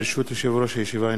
ברשות יושב-ראש הישיבה,